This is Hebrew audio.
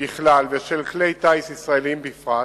בכלל ושל כלי טיס ישראליים בפרט